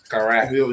Correct